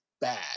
bad